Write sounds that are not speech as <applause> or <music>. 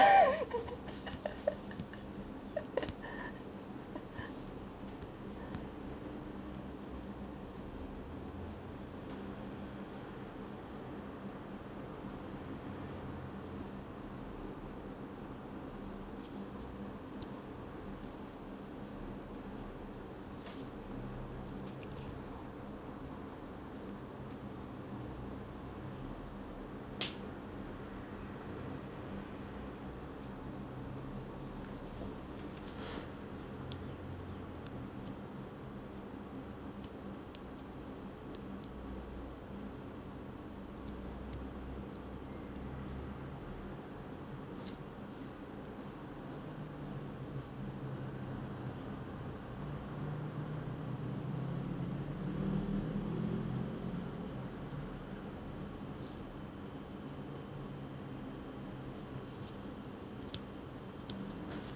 <laughs> <noise>